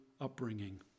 upbringing